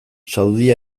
saudi